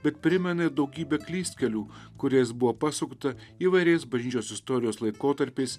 bet primena daugybė klystkelių kuriais buvo pasukta įvairiais bažnyčios istorijos laikotarpiais